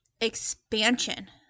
expansion